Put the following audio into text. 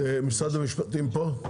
משרד המשפטים פה?